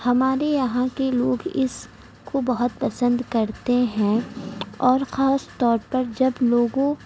ہمارے یہاں کے لوگ اس کو بہت پسند کرتے ہیں اور خاص طور پر جب لوگوں